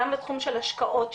גם בתחום של השקעות,